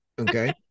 Okay